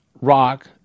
rock